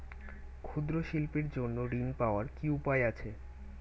ক্ষুদ্র শিল্পের জন্য ঋণ পাওয়ার কি উপায় আছে?